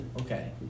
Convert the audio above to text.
Okay